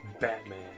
Batman